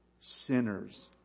sinners